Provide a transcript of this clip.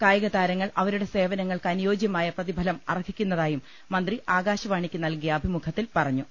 കായികതാരങ്ങൾ അവരുടെ സേവന ങ്ങൾക്ക് അനുയോജ്യമായ പ്രതിഫലം അർഹിക്കുന്നതായും മന്ത്രി ആകാശവാണിക്ക് നൽകിയ അഭിമുഖത്തിൽ പറഞ്ഞു